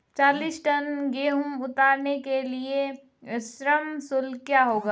चालीस टन गेहूँ उतारने के लिए श्रम शुल्क क्या होगा?